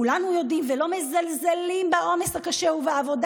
כולנו יודעים ולא מזלזלים בעומס הקשה ובעבודה